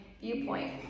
viewpoint